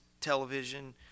television